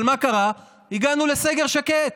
אבל מה קרה, הגענו לסגר שקט.